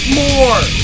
more